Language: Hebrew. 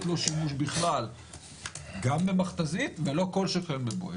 לא שימוש בכלל גם במכת"זית ולא כל שכן ב"בואש".